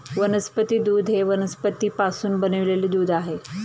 वनस्पती दूध हे वनस्पतींपासून बनविलेले दूध आहे